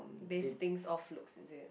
base things off looks is it